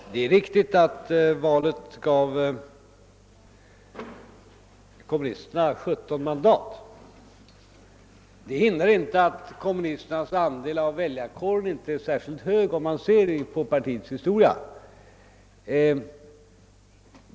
Herr talman! Det är riktigt att valet gav kommunisterna 17 mandat. Det hindrar emellertid inte att kommunisternas andel av väljarkåren inte är särskilt hög om man ser på partiets historia.